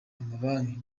amabanki